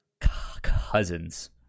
Cousins